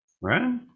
Right